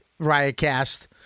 Riotcast